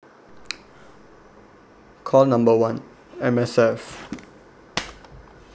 call number one M_S_F